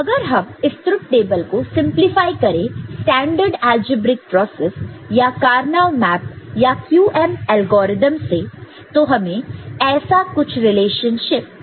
अगर हम इस ट्रूथ टेबल को सिम्प्लिफ़ाइ करें स्टेन्डर्ड अलजेब्रिक प्रोसेस या कार्नो मैप या QM एल्गोरिथ्म से तो हमें ऐसा कुछ रिलेशनशिप मिलता है